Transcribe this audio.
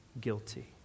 Guilty